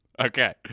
Okay